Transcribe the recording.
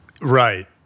Right